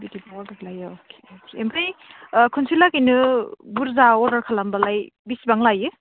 ओमफ्राय खनसे लागैनो बुरजा अरदार खालामबालाय बेसेबां लायो